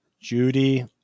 Judy